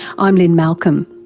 i'm lynne malcolm.